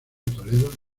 toledo